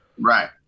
Right